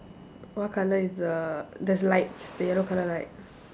what colour is the there's lights the yellow colour light